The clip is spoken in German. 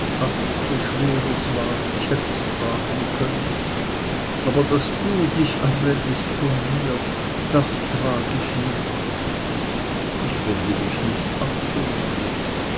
so schwer es war ich hätt es tragen können aber daß du du dich abwendest von mir das trag ich nicht ich wende mich nicht ab von dir